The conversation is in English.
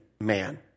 man